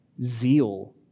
zeal